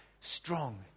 strong